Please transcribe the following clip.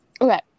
Okay